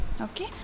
okay